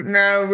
now